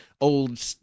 old